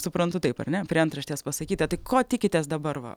suprantu taip ar ne prie antraštės pasakyta tai ko tikitės dabar va